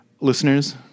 Listeners